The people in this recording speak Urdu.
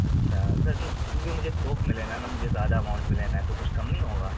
اچھا سر کیوںکہ مجھے تھوک میں لینا ہے نا مجھے زیادہ اماؤنٹ میں لینا ہے تو کچھ کم نہیں ہوگا